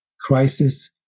crisis